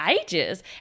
ages